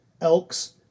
Elks